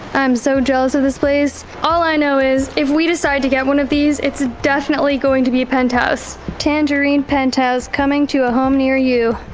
i'm so jealous of this place. all i know is if we decide to get one of these it's definitely going to be a penthouse! tangerine penthouse coming to a home near you.